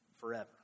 forever